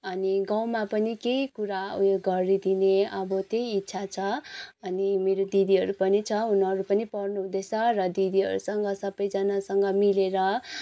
अनि गाउँमा पनि केही कुरा उयो गरिदिने अब त्यही इच्छा छ अनि मेरो दिदीहरू पनि छ उनीहरू पनि पढ्नुहुँदैछ र दिदीहरूसँग सबैजनासँग मिलेर